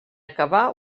acabar